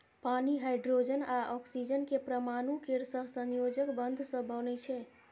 पानि हाइड्रोजन आ ऑक्सीजन के परमाणु केर सहसंयोजक बंध सं बनै छै